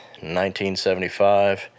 1975